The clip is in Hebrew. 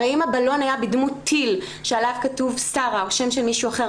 הרי אם הבלון היה בדמות טיל שעליו כתוב שרה או שם של מישהו אחר,